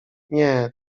nie